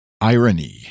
Irony